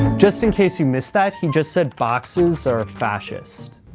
just in case you missed that, he just said boxes are ah fascist.